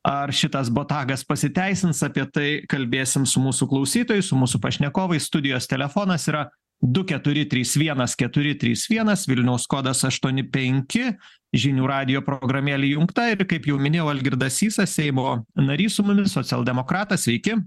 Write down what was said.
ar šitas botagas pasiteisins apie tai kalbėsim su mūsų klausytoju su mūsų pašnekovais studijos telefonas yra du keturi trys vienas keturi trys vienas vilniaus kodas aštuoni penki žinių radijo programėlė įjungta ir kaip jau minėjau algirdas sysas seimo narys su mumis socialdemokratas sveiki